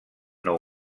nou